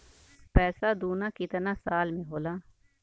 पैसा दूना कितना साल मे होला?